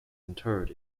interred